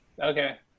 Okay